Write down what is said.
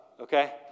okay